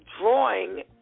drawing